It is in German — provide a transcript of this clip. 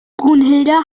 brunhilde